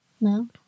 No